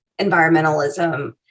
environmentalism